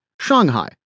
Shanghai